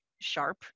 sharp